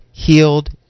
Healed